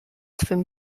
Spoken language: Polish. twym